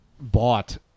bought